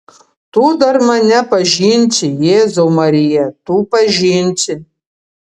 tu dar mane pažinsi jėzau marija tu pažinsi